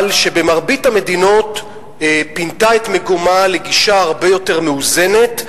אבל במרבית המדינות היא פינתה את מקומה לגישה הרבה יותר מאוזנת,